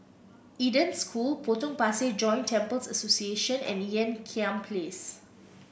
Eden School Potong Pasir Joint Temples Association and Ean Kiam Place